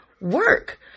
work